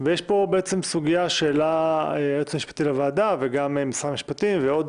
ויש פה סוגיות שהעלה היועץ המשפטי לוועדה וגם משרד המשפטים ועוד